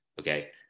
Okay